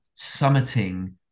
summiting